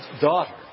daughter